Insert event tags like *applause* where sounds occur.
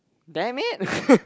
damn it *laughs*